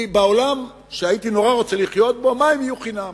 בעולם שהייתי נורא רוצה לחיות בו מים יהיו חינם.